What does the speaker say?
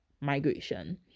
migration